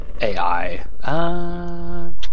AI